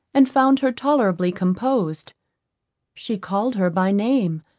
and found her tolerably composed she called her by name,